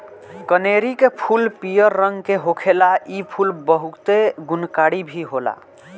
कनेरी के फूल पियर रंग के होखेला इ फूल बहुते गुणकारी भी होला